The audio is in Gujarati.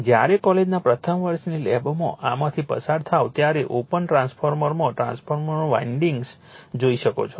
જ્યારે કોલેજના પ્રથમ વર્ષની લેબમાં આમાંથી પસાર થાઓ ત્યારે ઓપન ટ્રાન્સફોર્મરમાં ટ્રાન્સફોર્મરનું વાન્ડિંગ્સ જોઈ શકો છો